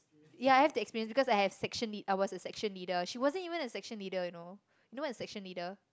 ya I have that experience because I have section lea~ I was a section leader she wasn't even a section leader you know you know what is section leader